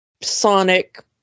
sonic